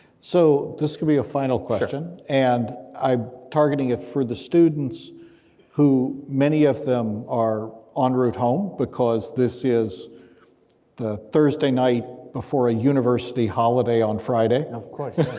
so this is gonna be your final question, and i'm targeting it for the students who many of them are on route home, because this is the thursday night before a university holiday on friday. of course.